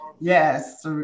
Yes